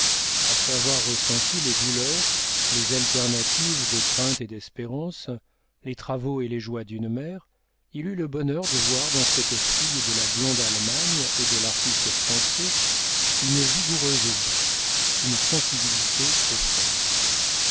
après avoir ressenti les douleurs les alternatives de crainte et d'espérance les travaux et les joies d'une mère il eut le bonheur de voir dans cette fille de la blonde allemagne et de l'artiste français une vigoureuse vie une sensibilité profonde